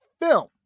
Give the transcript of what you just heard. film